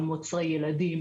על מוצרי ילדים,